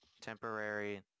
temporary